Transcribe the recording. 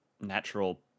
natural